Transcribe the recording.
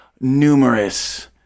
numerous